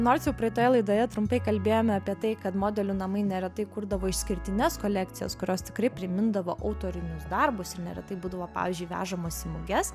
nors jau praeitoje laidoje trumpai kalbėjome apie tai kad modelių namai neretai kurdavo išskirtines kolekcijas kurios tikrai primindavo autorinius darbus ir neretai būdavo pavyzdžiui vežamos į muges